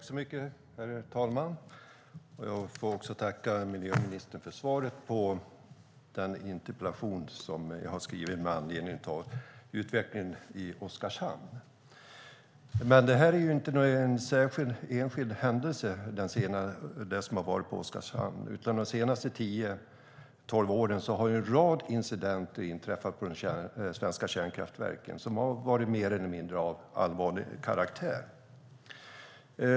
Herr talman! Jag vill också tacka miljöministern för svaret på den interpellation som jag har skrivit med anledning av utvecklingen i Oskarshamn. När det gäller Oskarshamn handlar det inte om någon särskild eller enskild händelse. De senaste tio tolv åren har en rad incidenter inträffat på de svenska kärnkraftverken som har varit av mer eller mindre allvarlig karaktär.